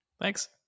Thanks